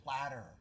platter